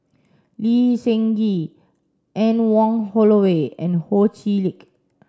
Lee Seng Gee Anne Wong Holloway and Ho Chee Lick